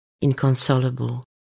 inconsolable